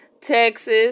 Texas